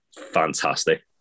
fantastic